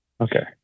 Okay